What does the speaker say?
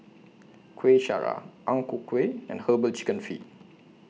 Kueh Syara Ang Ku Kueh and Herbal Chicken Feet